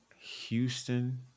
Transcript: Houston